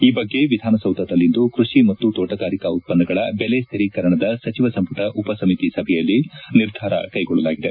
ಈ ಬ್ಲ್ಗೆ ವಿಧಾನಸೌಧದಲ್ಲಿಂದು ಕೃಷಿ ಮತ್ತು ತೋಟಗಾರಿಕಾ ಉತ್ತನ್ನಗಳ ಬೆಲೆ ಸ್ಥಿರೀಕರಣದ ಸಚಿವ ಸಂಪುಟ ಉಪಸಮಿತಿ ಸಭೆಯಲ್ಲಿ ನಿರ್ಧಾರ ಕೈಗೊಳ್ಳಲಾಗಿದೆ